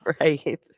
Right